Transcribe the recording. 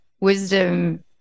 wisdom